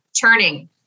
turning